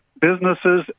businesses